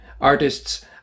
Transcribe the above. artists